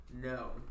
No